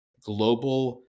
global